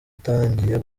itangiye